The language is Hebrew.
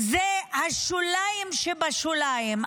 זה השוליים שבשוליים.